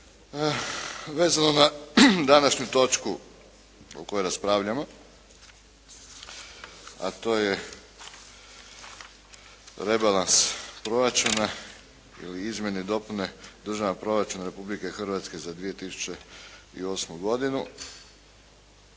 Vezano na današnju točku o kojoj raspravljamo a to je rebalans proračuna ili Izmjene i dopune državnog proračuna Republike Hrvatske za 2008. godinu.